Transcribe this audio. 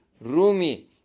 Rumi